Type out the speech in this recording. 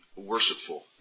Worshipful